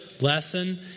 lesson